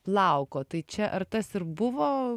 plauko tai čia ar tas ir buvo